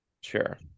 Sure